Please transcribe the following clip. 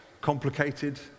complicated